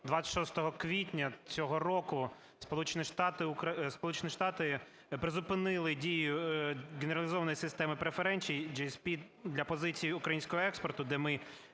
26 квітня цього року Сполучені Штати призупинили дію генералізованої системи преференцій для позицій українського експорту, де ми